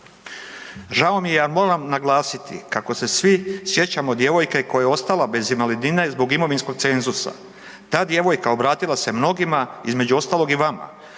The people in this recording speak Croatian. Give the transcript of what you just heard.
Žao mi je, ali moram naglasiti, kako se svi sjećamo djevojke koja je ostala bez invalidnine zbog imovinskog cenzusa. Ta djevojka obratila se mnogima, između ostalog i vama.